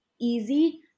easy